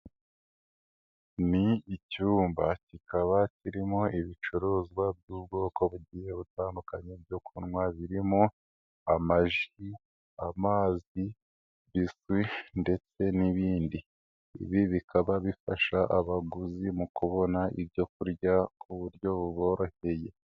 ni icyumba kikaba kirimo ibicuruzwa by'ubwoko bugize butandukanye byo kunywa birimo amaji, amazi, biswi ndetse n'ibindi, ibi bikaba bifasha abaguzi mu kubona ibyo kurya ku buryo buboroheye.